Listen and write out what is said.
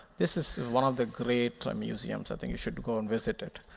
this is one of the great museums. i think you should go and visit it.